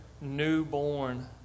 newborn